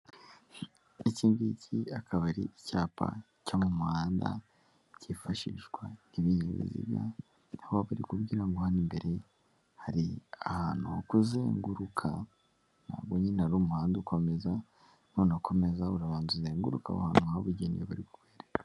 Iki ngiki akaba ari icyapa cyo mu muhanda cyifashishwa n'ibinyabiziga aho bari kugirango hano imbere hari ahantu ho kuzenguruka ntabwo nyine umuhanda ukomeza ni unakomeza urabanza uzenguke aho ahantu habugenewe bari ....